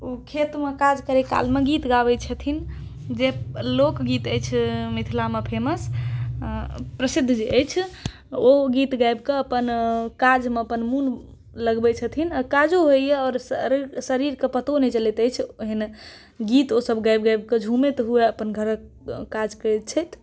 ओ खेतमे काज करैत कालमे गीत गाबै छथिन जे लोक गीत अछि मिथिलामे फेमस प्रसिद्ध जे अछि ओ गीत गाबि कऽ अपन काज मे अपन मोन लगबै छथिन आ काजो होइये आओर शरीर के पतो नहि चलैत अछि ओहेन गीत ओ सब गाबि गाबि कऽ झुमैत हुये अपन घरक काज करैत छथि